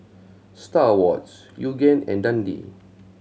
Star Awards Yoogane and Dundee